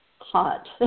hot